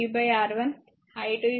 ఇప్పుడు i 1 vR1 i2 vR2